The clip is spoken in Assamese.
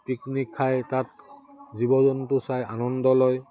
পিকনিক খাই তাত জীৱ জন্তু চাই আনন্দ লয়